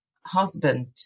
husband